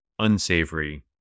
unsavory